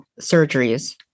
surgeries